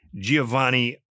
Giovanni